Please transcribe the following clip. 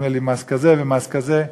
נדמה לי מס כזה ומס כזה.